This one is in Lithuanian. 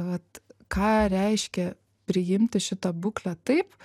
vat ką reiškia priimti šitą būklę taip